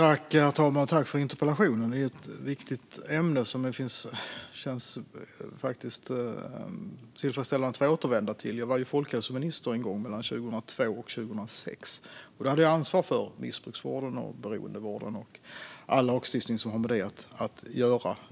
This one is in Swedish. Herr talman! Jag tackar för interpellationen. Det är ett viktigt ämne som det känns tillfredsställande att få återvända till. Jag var folkhälsominister mellan 2002 och 2006 och hade då ansvar för missbruksvården och beroendevården och all lagstiftning som har med det att göra.